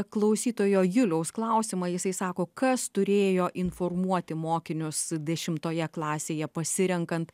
klausytojo juliaus klausimą jisai sako kas turėjo informuoti mokinius dešimtoje klasėje pasirenkant